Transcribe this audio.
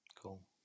Cool